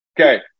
Okay